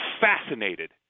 fascinated